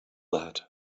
that